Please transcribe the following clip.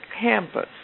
campus